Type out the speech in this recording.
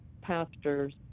pastors